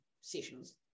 sessions